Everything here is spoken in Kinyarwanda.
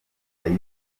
wese